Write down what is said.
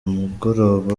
umugoroba